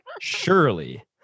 Surely